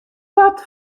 gat